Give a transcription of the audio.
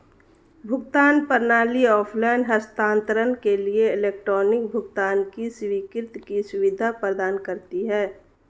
भुगतान प्रणाली ऑफ़लाइन हस्तांतरण के लिए इलेक्ट्रॉनिक भुगतान की स्वीकृति की सुविधा प्रदान करती है